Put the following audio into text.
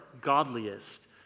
godliest